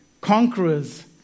conquerors